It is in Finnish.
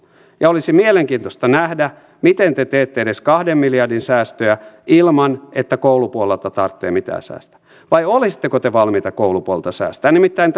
ja olisi mielenkiintoista nähdä miten te te edes teette kahden miljardin säästöjä ilman että koulupuolelta tarvitsee mitään säästää vai olisitteko te valmiita koulupuolelta säästämään nimittäin